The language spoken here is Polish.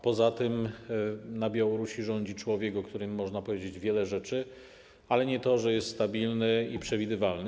Poza tym na Białorusi rządzi człowiek, o którym można powiedzieć wiele rzeczy, ale nie to, że jest stabilny i przewidywalny.